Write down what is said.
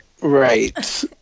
right